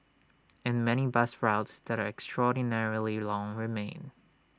and many bus routes that are extraordinarily long remain